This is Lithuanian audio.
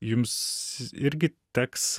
jums irgi teks